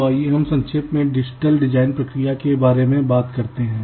तो आइए हम संक्षेप में डिजिटल डिज़ाइन प्रक्रिया के बारे में बात करते हैं